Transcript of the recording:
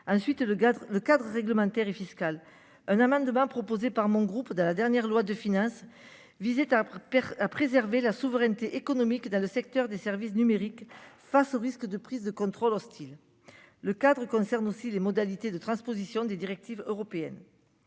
Ensuite le gaz. Le cadre réglementaire et fiscal. Un amendement proposé par mon groupe de la dernière loi de finances visait arbre à préserver la souveraineté économique dans le secteur des services numériques face au risque de prise de contrôle hostile. Le cadre concerne aussi les modalités de transposition des directives européennes.